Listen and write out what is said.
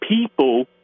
people